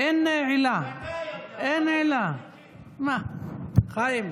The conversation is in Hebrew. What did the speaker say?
אין עילה, מה, חיים?